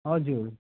हजुर